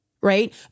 right